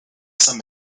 some